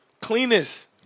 cleanest